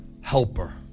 helper